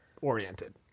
oriented